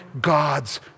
God's